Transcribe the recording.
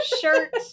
shirt